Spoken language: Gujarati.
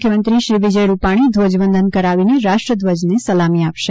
મુખ્યમંત્રી શ્રી વિજય રૂપાણી ધ્વજવંદન કરાવીને રાષ્ટ્રધ્વજને સલામી આપશે